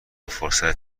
فرصت